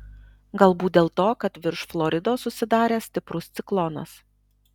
galbūt dėl to kad virš floridos susidaręs stiprus ciklonas